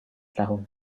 tahun